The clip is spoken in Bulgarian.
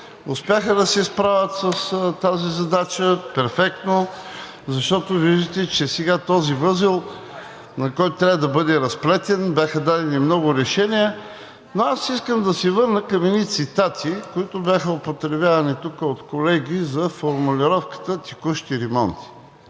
успяха да се справят с тази задача перфектно, защото виждате, че сега този възел, който трябва да бъде разплетен, бяха дадени много решения. Но аз искам да се върна към едни цитати, които бяха употребявани тук от колеги за формулировката „текущи ремонти“.